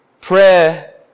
Prayer